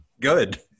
Good